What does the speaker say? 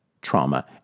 trauma